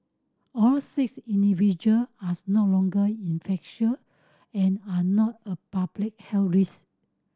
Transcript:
all six individual as no longer infectious and are not a public health risk